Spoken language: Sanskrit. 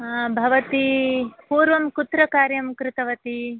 भवती पूर्वं कुत्र कार्यं कृतवती